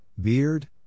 Beard